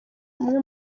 umwe